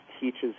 teaches